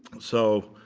so